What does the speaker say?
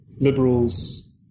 liberals